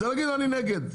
זה להגיד אני נגד.